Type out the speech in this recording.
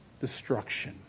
destruction